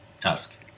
Tusk